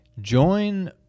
Join